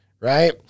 right